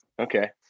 Okay